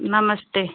नमस्ते